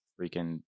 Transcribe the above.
freaking